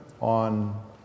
on